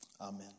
Amen